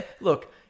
look